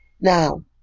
Now